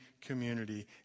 community